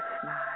smile